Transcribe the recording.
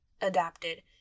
adapted